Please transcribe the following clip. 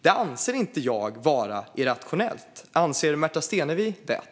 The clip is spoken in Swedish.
Det anser inte jag vara irrationellt. Anser Märta Stenevi det?